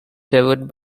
served